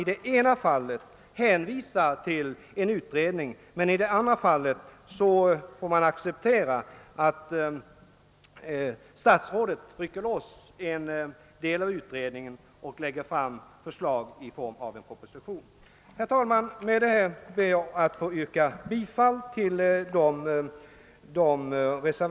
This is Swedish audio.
I det ena fallet hänvisar utskottet till en utredning men accepterar i det andra fallet att statsrådet rycker loss en delfråga i utredningens uppdrag och framlägger förslag härom i form av en proposition. Herr talman! Med det anförda ber jag att få yrka bifall till de reservationer vid andra lagutskottets utlåtande nr 40 och 41, under vilka mitt namn förekommer.